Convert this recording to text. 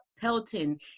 Pelton